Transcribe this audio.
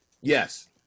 Yes